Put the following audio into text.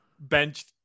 benched